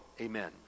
Amen